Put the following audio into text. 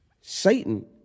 Satan